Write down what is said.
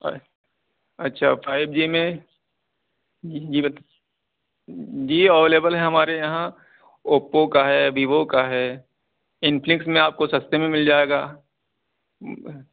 اچھا five G میں جی جی اویلیبل ہیں ہمارے یہاں اوپو کا ہے ویوو کا ہے انفنکس میں آپ کو سستے میں مل جائے گا